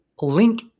link